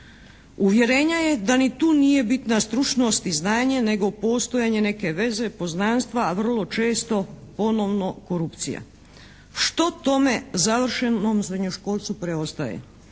Uvjerenja je da ni tu nije bitna stručnost i znanje nego postojanje neke veze, poznanstva a vrlo često ponovno korupcija. Što tome završenom srednjoškolcu preostaje?